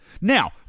Now